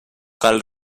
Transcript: cal